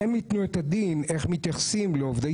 שהם יתנו את הדין איך מתייחסים לעובדי